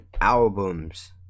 albums